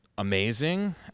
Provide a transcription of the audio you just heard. amazing